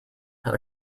had